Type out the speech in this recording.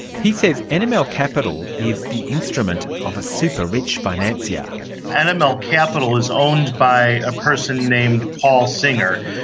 he says and nml capital is the instrument of a superrich financier. and nml capital is owned by a person named paul singer.